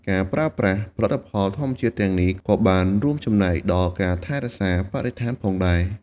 ការប្រើប្រាស់ផលិតផលធម្មជាតិទាំងនេះក៏បានរួមចំណែកដល់ការថែរក្សាបរិស្ថានផងដែរ។